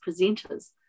presenters